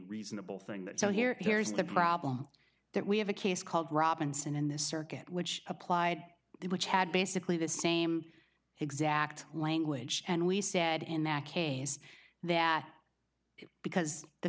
reasonable thing that so here here's the problem that we have a case called robinson in this circuit which applied it which had basically the same exact language and we said in that case that because the